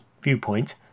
viewpoint